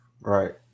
right